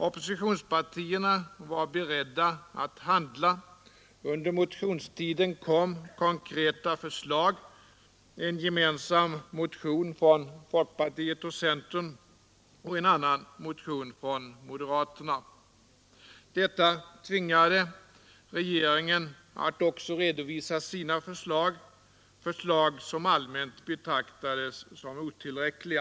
Oppositionspartierna var beredda att handla. Under motionstiden kom konkreta förslag: en gemensam motion från folkpartiet och centern och en annan motion från moderaterna. Detta tvingade regeringen att också redovisa sina förslag — förslag som allmänt betraktades som otillräckliga.